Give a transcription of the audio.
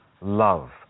love